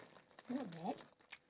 not bad